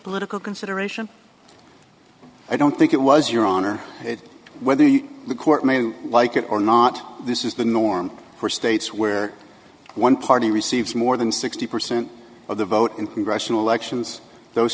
political consideration i don't think it was your honor whether you the court may like it or not this is the norm for states where one party receives more than sixty percent of the vote in congressional elections those